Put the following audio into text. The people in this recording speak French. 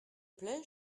plait